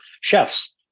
chefs